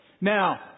Now